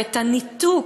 ואת הניתוק,